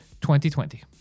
2020